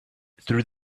through